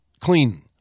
clean